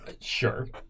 Sure